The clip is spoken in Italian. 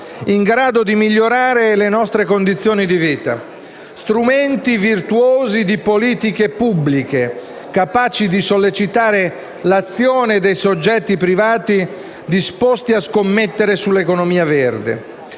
in grado di migliorare le nostre condizioni di vita, strumenti virtuosi di politiche pubbliche capaci di sollecitare l’azione dei soggetti privati disposti a scommettere sull’economia verde.